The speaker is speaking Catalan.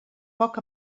poc